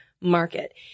market